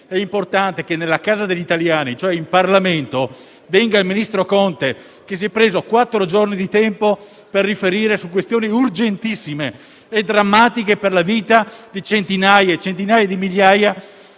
è importante che nella casa degli italiani, cioè il Parlamento, venga il primo ministro Conte, che si è preso quattro giorni di tempo per riferire su questioni urgentissime e drammatiche per la vita di centinaia di migliaia